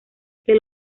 que